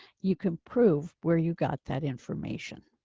you can prove where you got that information.